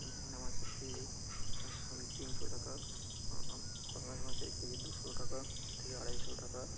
দান্নে মাছের কেজি তিনশো টাকা পাঙাশ মাছের কেজি দুশো টাকা থেকে আড়াইশো টাকা